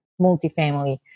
multifamily